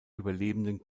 überlebenden